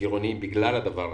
לגירעוניים בגלל זה.